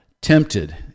tempted